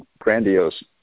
grandiose